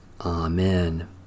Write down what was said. Amen